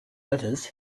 letters